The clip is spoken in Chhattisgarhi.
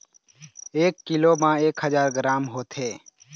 एक कीलो म एक हजार ग्राम होथे